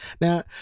Now